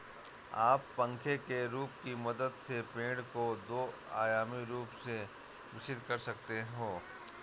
आप पंखे के रूप की मदद से पेड़ को दो आयामी रूप से विकसित कर सकते हैं